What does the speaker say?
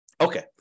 Okay